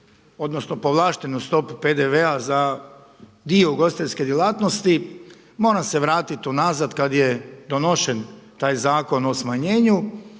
odnosno povlaštenu stopu PDV-a za dio ugostiteljske djelatnosti, moram se vratiti unazad kada je donošen taj zakon o smanjenju